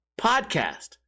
podcast